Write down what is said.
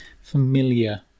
familiar